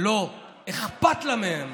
לא אכפת לה מהם.